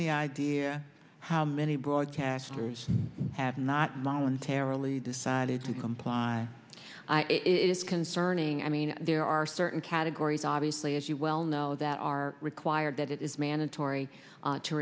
any idea how many broadcasters have not momentarily decided to comply it is concerning i mean there are certain categories obviously as you well know that are required that it is mandatory